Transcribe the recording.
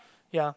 ya